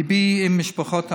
ליבי עם משפחות המתים,